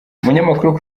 umunyamakuru